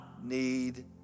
need